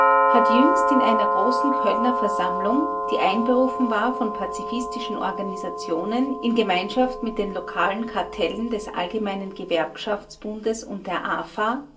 hat jüngst in einer großen kölner versammlung die einberufen war von pazifistischen organisationen in gemeinschaft mit den lokalen kartellen des allgemeinen gewerkschaftsbundes und der afa